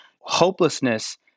Hopelessness